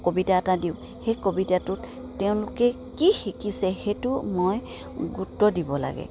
কবিতা এটা দিওঁ সেই কবিতাটোত তেওঁলোকে কি শিকিছে সেইটো মই গুৰুত্ব দিব লাগে